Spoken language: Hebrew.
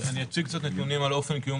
אני אציג קצת נתונים על אופן קיום